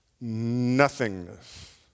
nothingness